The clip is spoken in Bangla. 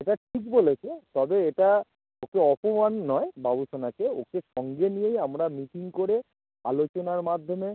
এটা ঠিক বলেছো তবে এটা ওকে অপমান নয় বাবুসোনাকে ওকে সঙ্গে নিয়েই আমরা মিটিং করে আলোচনার মাধ্যমে